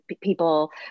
people